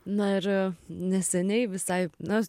na ir neseniai visai nu